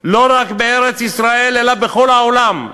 לא רק בארץ-ישראל אלא בכל העולם.